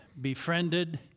befriended